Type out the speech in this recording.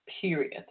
period